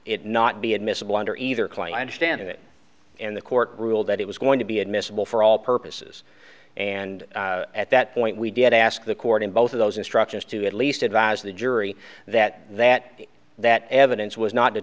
it not be admissible under either client understand it and the court ruled that it was going to be admissible for all purposes and at that point we did ask the court in both of those instructions to at least advise the jury that that that evidence was not